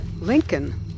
Lincoln